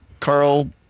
Carl